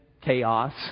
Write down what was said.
chaos